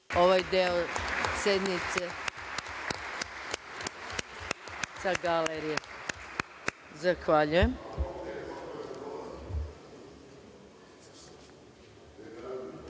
ovaj deo sednice sa galerije. Zahvaljujem. Reč